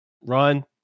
run